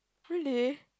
really